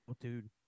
dude